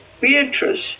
Beatrice